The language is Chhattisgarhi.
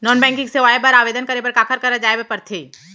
नॉन बैंकिंग सेवाएं बर आवेदन करे बर काखर करा जाए बर परथे